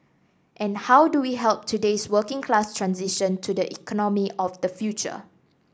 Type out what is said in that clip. and how do we help today's working class transition to the economy of the future